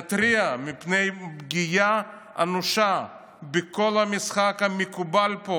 נתריע מפני פגיעה אנושה במשחק המקובל פה,